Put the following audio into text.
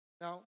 Now